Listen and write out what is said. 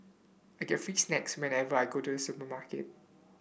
I get free snacks whenever I go to supermarket